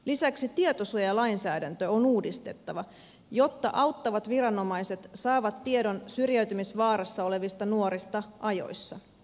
lisäksi tietosuojalainsäädäntö on uudistettava jotta auttavat viranomaiset saavat tiedon syrjäytymisvaarassa olevista nuorista ajoissa